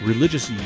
Religious